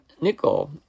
nickel